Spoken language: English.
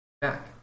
back